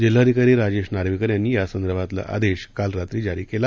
जिल्हाधिकारी राजेश नार्वेकर यांनी यासंदर्भातला आदेश काल रात्री जारी केला